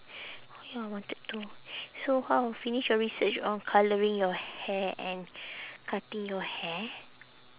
oh ya I wanted to so how finish your research of colouring your hair and cutting your hair